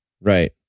right